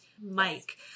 mike